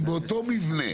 אם באותו מבנה